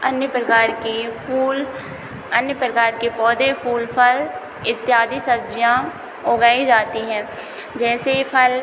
अन्य प्रकार के फूल अन्य प्रकार के पौधे फूल फल इत्यादि सब्ज़ियाँ उगाई जाती हैं जैसे फल